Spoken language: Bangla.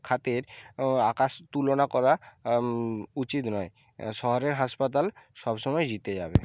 খাতের আকাশ তুলনা করা উচিত নয় শহরের হাসপাতাল সব সময় জিতে যাবে